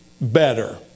better